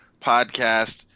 podcast